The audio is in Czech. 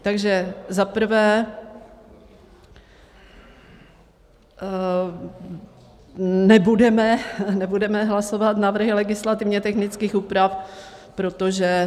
Takže za prvé, nebudeme hlasovat návrhy legislativně technických úprav, protože...